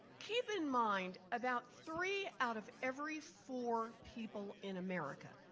keep in mind about three out of every four people in america,